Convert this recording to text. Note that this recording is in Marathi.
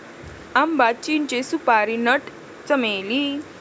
आंबा, चिंचे, सुपारी नट, चमेली